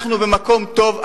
אנחנו במקום טוב.